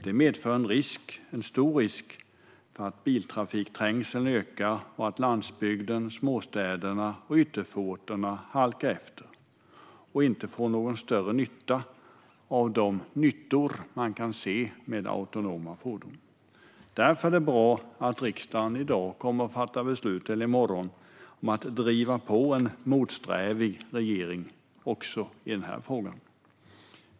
Det medför en stor risk för att biltrafikträngseln ökar och att landsbygden, småstäderna och ytterförorterna halkar efter och inte får någon större del av de nyttor man kan se med autonoma fordon. Därför är det bra att riksdagen i morgon kommer att fatta beslut om att driva på en motsträvig regering också i denna fråga.